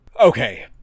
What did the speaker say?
Okay